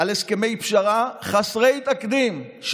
על הסכמי פשרה חסרי תקדים.